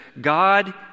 God